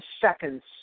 seconds